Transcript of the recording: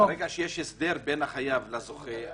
ברגע שיש הסדר בין החייב לבין הזוכה,